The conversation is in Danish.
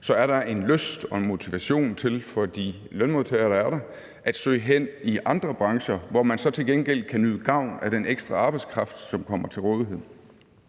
så er en lyst og en motivation til for de lønmodtagere, der er der, at søge hen i andre brancher, hvor man så til gengæld kan nyde gavn af den ekstra arbejdskraft, som kommer til rådighed.